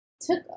Took